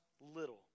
little